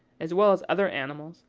as well as other animals,